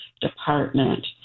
department